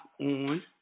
on